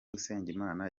usengimana